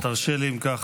אם כך,